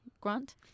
Grant